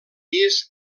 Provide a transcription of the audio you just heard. pis